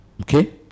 Okay